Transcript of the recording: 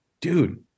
Dude